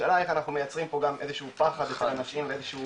השאלה איך אנחנו מייצרים פה איזשהו פחד בין האנשים ואיזושהי